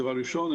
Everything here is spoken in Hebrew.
דבר ראשון,